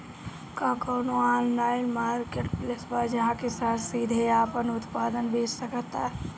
का कोनो online marketplace बा जहां किसान सीधे अपन उत्पाद बेच सकता?